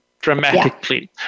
dramatically